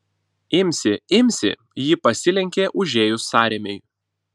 imsi imsi ji pasilenkė užėjus sąrėmiui